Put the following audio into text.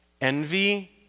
envy